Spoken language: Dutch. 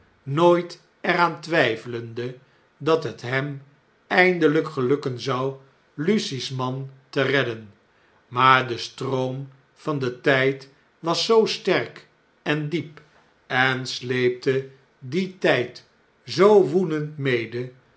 nooit er aan twyfelende dat het hemeindelgk gelukken zou lucie's man te redden maar de stroom van den th'd was zoo sterk en diep en sleepte dien tyd zoo woedend mede